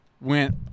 went